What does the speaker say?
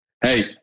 Hey